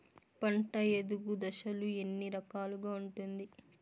పంట ఎదుగు దశలు ఎన్ని రకాలుగా ఉంటుంది?